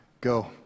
Go